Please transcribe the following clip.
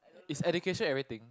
is education everything